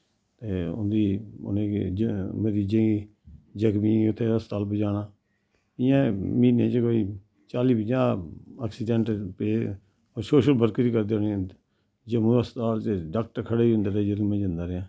ते उंदी उनेंगी मरीजें जख्मियें गी हस्पताल पजाना इयां म्हीनें च कोई चाली पंजाह् अक्सिडैंट सोशल बरकरी करदे में जम्मू हस्पताल च डाक्टर खड़े होई जेंदे रेह् जदूं में जंदा रेहा